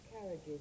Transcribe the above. carriages